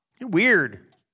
Weird